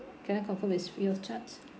can I confirm it's free of charge